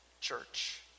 church